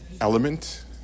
element